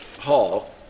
Hall